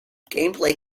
gameplay